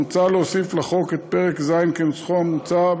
מוצע להוסיף לחוק את פרק ז' כנוסחו המוצע,